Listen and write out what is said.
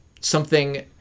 something-